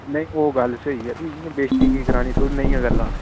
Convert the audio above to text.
नेईं ओह् गल्ल स्हेई ऐ फ्ही इयां बेजती की करानी थोह्ड़ी नेही गल्ला